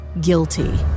guilty